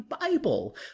bible